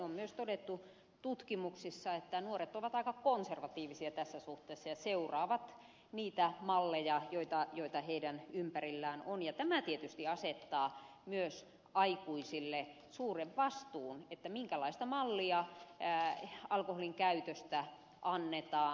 on todettu myös tutkimuksissa että nuoret ovat aika konservatiivisia tässä suhteessa ja seuraavat niitä malleja joita heidän ympärillään on ja tämä tietysti asettaa myös aikuisille suuren vastuun minkälaista mallia alkoholin käytöstä annetaan